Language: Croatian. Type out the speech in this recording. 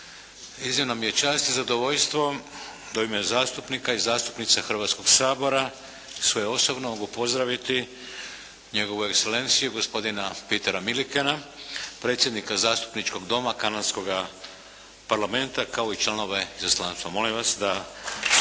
Iznimna mi je čast i zadovoljstvo da u ime zastupnika i zastupnica Hrvatskoga sabora i svoje osobno mogu pozdraviti Njegovu Ekselenciju gospodina Petera Milikena predsjednika Zastupničkog doma kanadskoga parlamenta kao i članove izaslanstva. Molim vas da